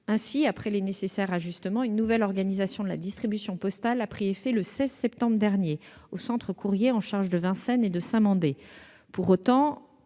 Ainsi, après de nécessaires ajustements, une nouvelle organisation de la distribution postale a pris effet le 16 septembre dernier au centre courrier en charge de Vincennes et de Saint-Mandé. Pour autant,